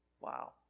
Wow